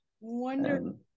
Wonderful